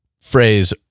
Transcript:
phrase